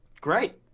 Great